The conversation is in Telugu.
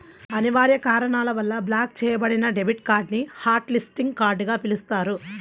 అనివార్య కారణాల వల్ల బ్లాక్ చెయ్యబడిన డెబిట్ కార్డ్ ని హాట్ లిస్టింగ్ కార్డ్ గా పిలుస్తారు